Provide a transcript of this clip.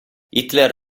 hitler